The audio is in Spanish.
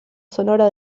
sonora